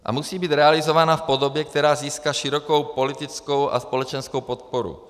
A musí být realizována v podobě, která získá širokou politickou a společenskou podporu.